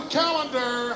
calendar